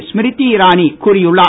ஸ்ம்ருதி இரானி கூறியுள்ளார்